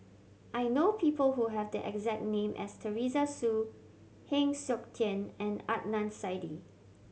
I know people who have the exact name as Teresa Hsu Heng Siok Tian and Adnan Saidi